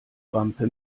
wampe